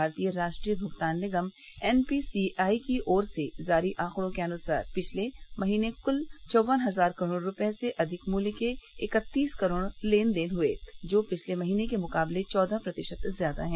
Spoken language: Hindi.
भारतीय राष्ट्रीय भुगतान निगम एन पीसीआई की ओर से जारी आंकड़ों के अनुसार पिछले महीने कल चौवन हजार करोड़ रुपये से अधिक मूल्य के इक्कतीस करोड़ लेन देन हुए जो पिछले महीने के मुकाबले चौदह प्रतिशत ज्यादा है